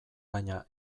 baina